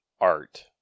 art